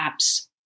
apps